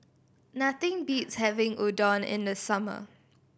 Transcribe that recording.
nothing beats having Udon in the summer